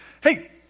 hey